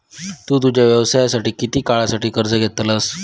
तु तुझ्या व्यवसायासाठी किती काळासाठी कर्ज घेतलंस?